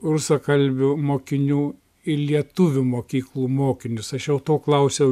rusakalbių mokinių į lietuvių mokyklų mokinius aš jau to klausiau